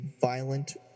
violent